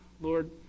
Lord